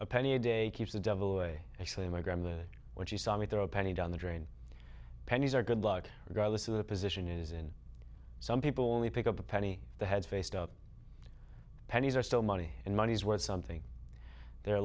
a penny a day keeps the devil way actually i'm a grandma the what you saw me throw a penny down the drain pennies are good luck regardless of the position it is in some people only pick up a penny they had faced up pennies are still money and money's worth something they're